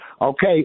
Okay